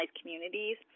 communities